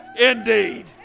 indeed